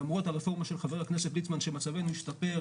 למרות הרפורמה של חבר הכנסת ליצמן שמצבנו השתפר.